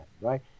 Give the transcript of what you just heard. right